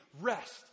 rest